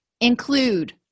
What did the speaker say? include